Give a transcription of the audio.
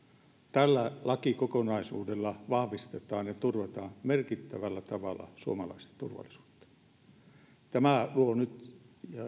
tällä lakikokonaisuudella vahvistetaan ja turvataan merkittävällä tavalla suomalaista turvallisuutta tämä luo nyt